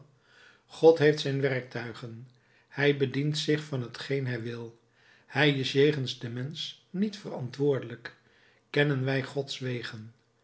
god heeft zijn werktuigen hij bedient zich van t geen hij wil hij is jegens den mensch niet verantwoordelijk kennen wij gods wegen